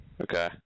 Okay